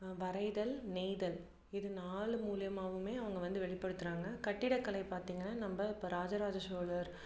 வரைதல் நெய்தல் இது நாலு மூலயமாவுமே அவங்க வந்து வெளிப்படுத்துகிறாங்க கட்டிடக்கலை பார்த்தீங்கன்னா நம்ப இப்போ ராஜ ராஜ சோழர்